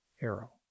arrow